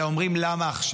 אלא אומרים: למה עכשיו?